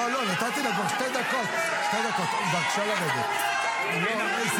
לא, אבל אני --- לא, לא.